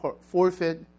forfeit